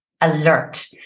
alert